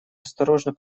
осторожно